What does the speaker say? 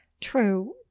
true